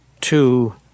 two